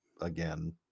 again